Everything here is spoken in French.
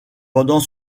pendant